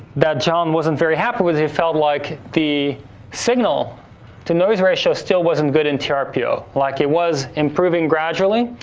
that john wasn't very happy with was he felt like the signal to noise ratio still wasn't good in trpo. like it was improving gradually,